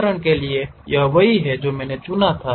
उदाहरण के लिए यह वही है जो मैंने चुना था